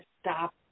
stop